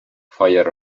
fire